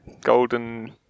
Golden